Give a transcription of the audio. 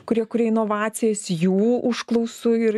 kurie kuria inovacijas jų užklausų ir